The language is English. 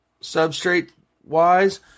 substrate-wise